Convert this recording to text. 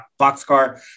boxcar